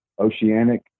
oceanic